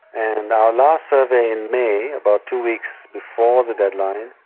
and our last survey in may, about two weeks before the deadline,